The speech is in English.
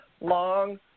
long